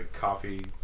coffee